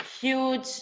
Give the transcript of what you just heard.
huge